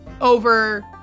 over